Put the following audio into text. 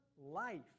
life